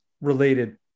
related